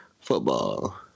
Football